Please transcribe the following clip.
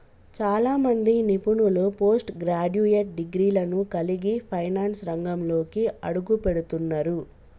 చాలా మంది నిపుణులు పోస్ట్ గ్రాడ్యుయేట్ డిగ్రీలను కలిగి ఫైనాన్స్ రంగంలోకి అడుగుపెడుతున్నరు